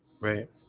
Right